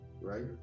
right